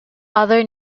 other